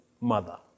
mother